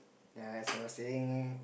ya as I was saying